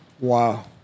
wow